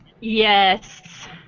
Yes